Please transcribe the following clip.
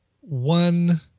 one